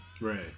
Right